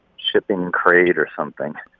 shipping crate or something.